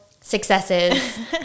successes